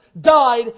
died